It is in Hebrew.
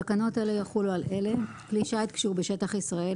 תחולה 2. תקנות אלה יחולו על אלה: כלי שיט כשהוא בשטח ישראל,